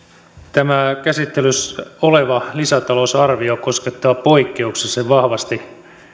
tämä käsittelyssä oleva lisätalousarvio koskettaa poikkeuksellisen vahvasti